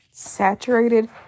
Saturated